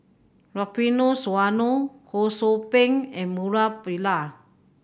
Rufino Soliano Ho Sou Ping and Murali Pillai